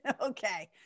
okay